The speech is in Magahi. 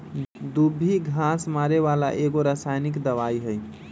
दुभी घास मारे बला एगो रसायनिक दवाइ हइ